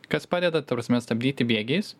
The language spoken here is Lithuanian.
kas padeda ta prasme stabdyti bėgiais